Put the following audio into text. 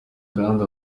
kandi